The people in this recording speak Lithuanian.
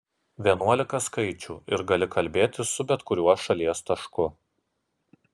vienuolika skaičių ir gali kalbėti su bet kuriuo šalies tašku